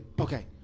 Okay